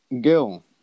Gil